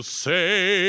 say